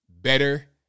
better